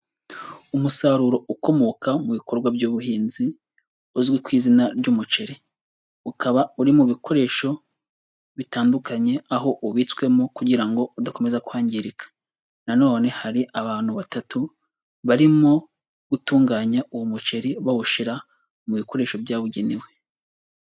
Umusaruro ukomoka mu bikorwa by'ubuhinzi, uzwi ku izina ry'umuceri, ukaba uri mu bikoresho bitandukanye aho ubitswemo kugira udakomeza kwangirika, nanone hari abantu batatu, barimo gutunganya uwo muceri bawushira mu bikoresho byabugenewe.